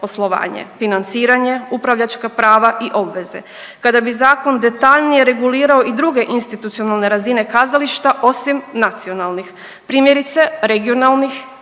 poslovanje, financiranje, upravljačka prava i obveze, kada bi zakon detaljnije regulirao i druge institucionalne razine kazališta osim nacionalnih, primjerice regionalnih